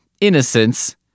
innocence